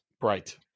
Right